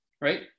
right